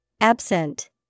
Absent